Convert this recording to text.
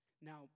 Now